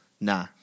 nah